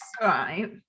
right